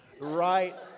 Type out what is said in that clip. right